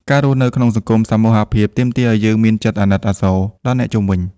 ការរស់នៅក្នុងសង្គមសមូហភាព ទាមទារឱ្យយើងមានចិត្តអាណិតអាសូរដល់អ្នកជុំវិញ។